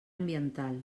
ambiental